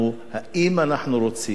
להתקדם בתהליך מדיני